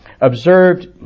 observed